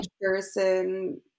person